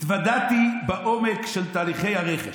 התוודעתי לעומק של תהליכי הרכש,